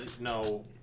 No